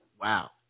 Wow